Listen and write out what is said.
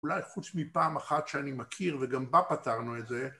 אולי חוץ מפעם אחת שאני מכיר, וגם בה פתרנו את זה.